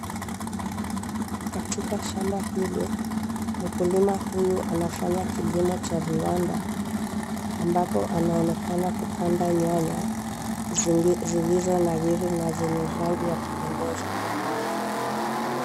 Katika shamba hili, mkulima huyu anafanya kilimo cha viwanda ambapo anaonekana kupanda nyanya zilizonawiri na zenye rangi ya kupendeza.